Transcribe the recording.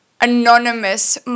anonymous